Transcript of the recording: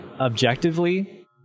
objectively